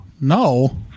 No